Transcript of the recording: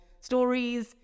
stories